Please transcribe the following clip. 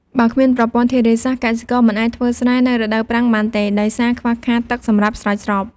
បើគ្មានប្រព័ន្ធធារាសាស្ត្រ កសិករមិនអាចធ្វើស្រែនៅរដូវប្រាំងបានទេ ដោយសារខ្វះខាតទឹកសម្រាប់ស្រោចស្រព។